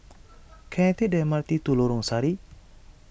can I take the M R T to Lorong Sari